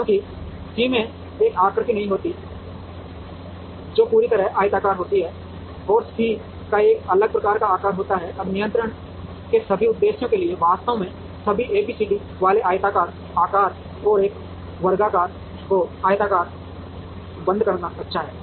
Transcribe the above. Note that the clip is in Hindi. क्योंकि C में एक आकृति नहीं होती है जो पूरी तरह से आयताकार होती है और C का एक अलग प्रकार का आकार होता है अब नियंत्रण के सभी उद्देश्यों के लिए वास्तव में सभी ABCD वाले आयताकार आकार और एक वर्ग को आयताकार बंद करना अच्छा है